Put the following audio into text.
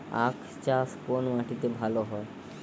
আখ চাষ কোন মাটিতে ভালো হয়?